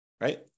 right